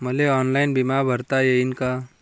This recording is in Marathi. मले ऑनलाईन बिमा भरता येईन का?